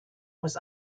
was